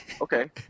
Okay